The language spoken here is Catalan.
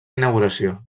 inauguració